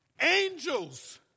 angels